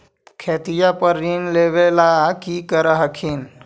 खेतिया पर ऋण लेबे ला की कर हखिन?